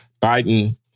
Biden